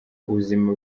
ubuzima